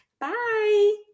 Bye